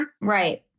right